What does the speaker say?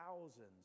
thousands